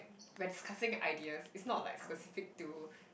when discussing ideas it's not like specific to